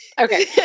Okay